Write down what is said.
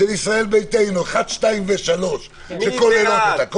ישראל ביתנו, 1, 2 ו-3 שכוללות את הכול,